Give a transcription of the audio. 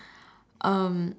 um